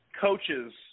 coaches